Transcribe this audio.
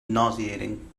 nauseating